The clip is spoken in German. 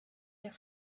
der